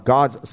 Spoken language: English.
God's